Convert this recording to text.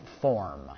form